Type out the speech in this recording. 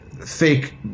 fake